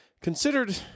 considered